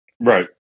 right